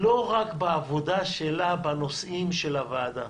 לא רק בעבודה שלה, בנושאים של הוועדה.